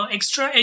Extra